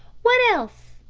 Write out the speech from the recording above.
what else?